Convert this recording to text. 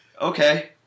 Okay